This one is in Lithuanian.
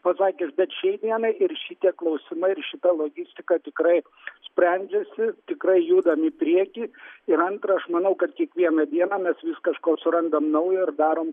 pasakius bet šiai dienai ir šitie klausimai ir šita logistika tikrai sprendžiasi tikrai judam į priekį ir antra aš manau kad kiekvieną dieną mes vis kažko surandam naujo ir darom